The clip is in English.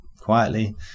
quietly